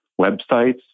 websites